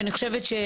שאני חושבת,